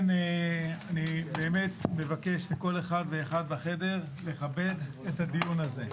אני מבקש מכל אחד ואחת בחדר לכבד את הדיון הזה.